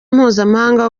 mpuzamahanga